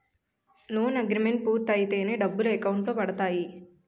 loan agreement పూర్తయితేనే డబ్బులు account లో పడతాయి